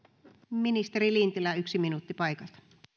ministeri lintilä yksi minuutti paikalta